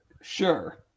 Sure